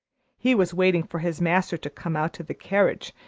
he was waiting for his master to come out to the carriage,